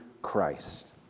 Christ